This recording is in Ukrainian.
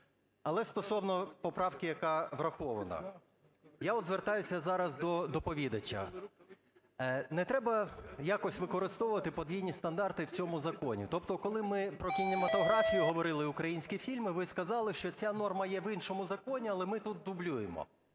Але стосовно поправки, яка врахована. Я, от, звертаюся зараз до доповідача, не треба якось використовувати подвійні стандарти в цьому законі. Тобто коли ми про кінематографію говорили, українські фільми, ви сказали, що ця норма є в іншому законі, але ми тут дублюємо.